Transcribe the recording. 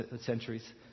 centuries